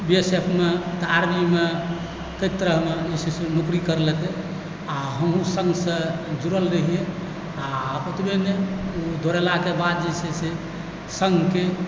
बीएसएफमे तऽ आर्मीमे कएक तरहमे जे छै से नौकरी कयलकै आओर हमहुँ सङ्घसँ जुड़ल रहियै आओर ओतबे नहि दौड़ेलाक बाद जे छै से सङ्घकेँ